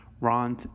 Ron